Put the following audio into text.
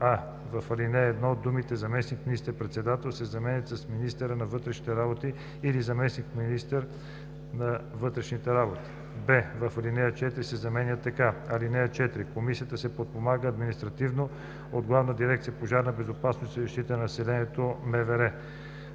а) в ал. 1 думите „заместник министър-председател“ се заменят с „министъра на вътрешните работи или заместник-министър на вътрешните работи“; б) алинея 4 се изменя така: „(4) Комисията се подпомага административно от Главна дирекция „Пожарна безопасност и защита на населението” – МВР.